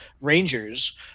rangers